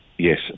Yes